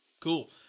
Cool